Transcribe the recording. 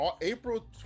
april